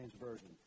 Version